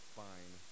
fine